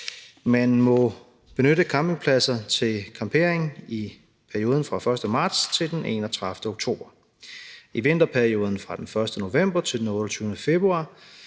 Man må benytte campingpladser til campering i perioden fra den 1. marts til den 31. oktober. I vinterperioden fra den 1. november til den 28. februar